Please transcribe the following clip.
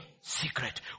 secret